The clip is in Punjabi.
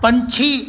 ਪੰਛੀ